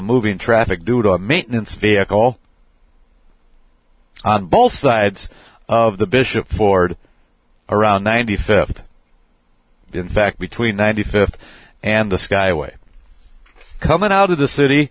moving traffic due to maintenance vehicle on both sides of the bishop ford around ninety fifth in fact between ninety fifth and the skyway coming out of the city